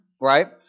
right